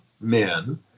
men